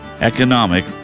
economic